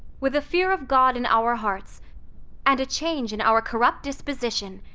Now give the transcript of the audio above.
with a fear of god in our hearts and a change in our corrupt disposition,